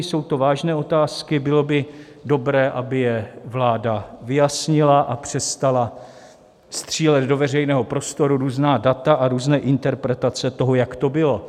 Jsou to vážné otázky, bylo by dobré, aby je vláda vyjasnila a přestala střílet do veřejného prostoru různá data a různé interpretace toho, jak to bylo.